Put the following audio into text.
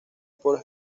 por